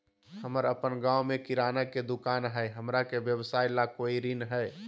हमर अपन गांव में किराना के दुकान हई, हमरा के व्यवसाय ला कोई ऋण हई?